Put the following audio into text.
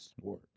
work